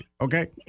okay